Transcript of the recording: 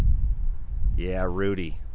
yeah, rudy.